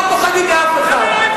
אנחנו לא פוחדים מאף אחד.